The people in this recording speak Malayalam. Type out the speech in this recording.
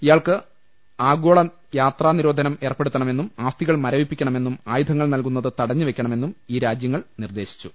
ഇയാൾക്ക് ആഗോള യാത്രാ നിരോധനം ഏർപ്പെടുത്തണമെന്നും ആസ്തികൾ മരവിപ്പിക്കണമെന്നും ആയുധങ്ങൾ നൽകുന്നത് തടഞ്ഞുവെക്കണ മെന്നും ഈ രാജ്യങ്ങൾ നിർദേശിച്ചു